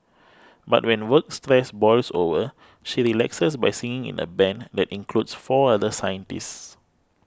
but when work stress boils over she relaxes by singing in a band that includes four other scientists